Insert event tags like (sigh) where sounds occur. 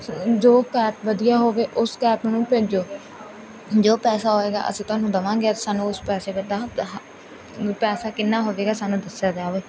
ਜੋ ਕੈਪ ਵਧੀਆ ਹੋਵੇ ਉਸ ਕੈਪ ਨੂੰ ਭੇਜੋ ਜੋ ਪੈਸਾ ਹੋਵੇਗਾ ਅਸੀਂ ਤੁਹਾਨੂੰ ਦੇਵਾਂਗੇ ਸਾਨੂੰ ਉਸ ਪੈਸੇ (unintelligible) ਪੈਸਾ ਕਿੰਨਾ ਹੋਵੇਗਾ ਸਾਨੂੰ ਦੱਸਿਆ ਜਾਵੇ